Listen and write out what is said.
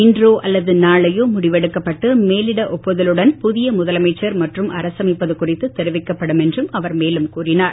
இன்றோ அல்லது நாளையோ முடிவெடுக்கப்பட்டு மேலிட ஒப்புதலுடன் புதிய முதலமைச்சர் மற்றும் அரசமைப்பது குறித்து தொிவிக்கப்படும் என்றும் அவர் மேலும் கூறினார்